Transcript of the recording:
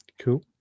Cool